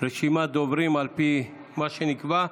רשימת דוברים על פי מה שנקבע.